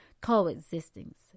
coexistence